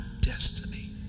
destiny